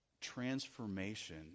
transformation